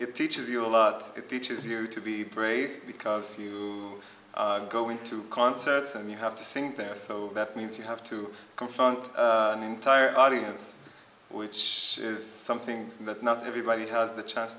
it teaches you a lot teaches you to be brave because you are going to concerts and you have to sing things so that means you have to confront an entire audience which is something that not everybody has the chance